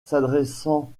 s’adressant